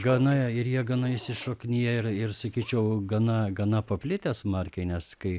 gana ir jie gana įsišakniję ir ir sakyčiau gana gana paplitę smarkiai nes kai